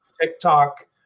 TikTok